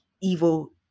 evil